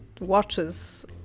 watches